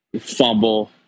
fumble